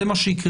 זה מה שיקרה.